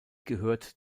gehört